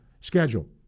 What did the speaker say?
schedule